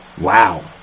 wow